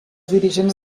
dirigents